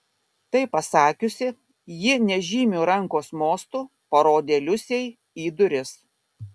tai pasakiusi ji nežymiu rankos mostu parodė liusei į duris